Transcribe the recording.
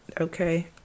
Okay